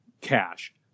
cash